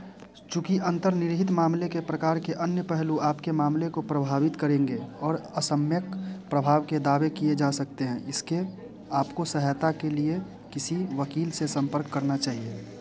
चूंकि अंतर्निहित मामले के प्रकार के अन्य पहलू आपके मामले को प्रभावित करेंगे और असम्यक् प्रभाव के दावे किए जा सकते हैं इसके आपको सहायता के लिए किसी वकील से संपर्क करना चाहिए